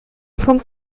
punkt